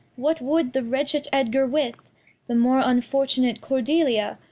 what wou'd the wretched edgar with the more unfortunate cordelia?